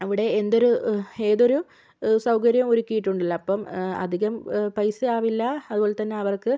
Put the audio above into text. അവിടെ എന്തൊരു ഏതൊരു സൗകര്യം ഒരുക്കിയിട്ടുണ്ടല്ലോ അപ്പം അധികം പൈസ ആവില്ല അതുപോലെത്തന്നെ അവർക്ക്